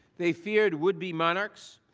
they fear would be monarchs,